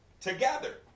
together